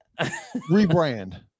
Rebrand